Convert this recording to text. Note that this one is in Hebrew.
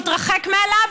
להתרחק מעליו.